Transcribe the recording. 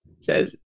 says